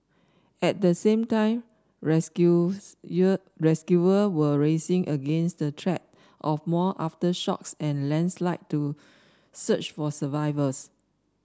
at the same time rescuers rescuer were racing against the threat of more aftershocks and landslides to search for survivors